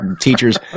teachers